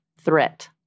threat